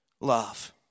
love